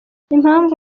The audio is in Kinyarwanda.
impamvu